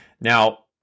Now